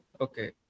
okay